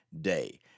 day